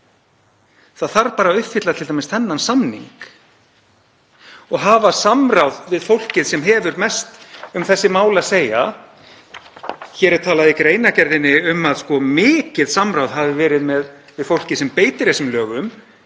það þarf bara að uppfylla t.d. þennan samning og hafa samráð við fólkið sem hefur mest um þessi mál að segja. Hér er talað í greinargerðinni um að mikið samráð hafi verið við fólkið sem beitir þessum lögum